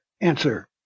answer